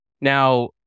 now